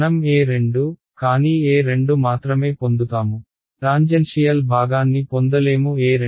మనం E2 కానీ E2 మాత్రమే పొందుతాము టాంజెన్షియల్ భాగాన్ని పొందలేము E2